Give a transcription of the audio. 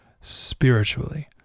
spiritually